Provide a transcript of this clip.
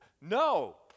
No